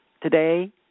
today